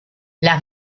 las